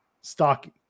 stocky